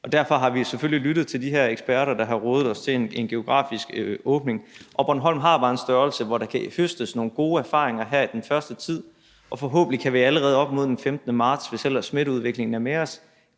Derfor har vi selvfølgelig lyttet til de her eksperter, der har rådet os til en geografisk differentieret åbning, og Bornholm har bare en størrelse, hvor der kan høstes nogle gode erfaringer her i den første tid, og forhåbentlig kan vi allerede op mod den 15. marts, hvis ellers smitteudviklingen er med os,